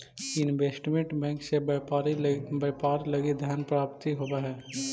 investment bank से व्यापार लगी धन प्राप्ति होवऽ हइ